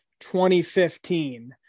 2015